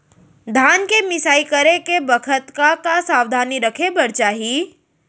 धान के मिसाई करे के बखत का का सावधानी रखें बर चाही?